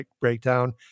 breakdown